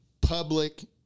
public